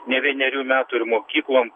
ne vienerių metų ir mokyklom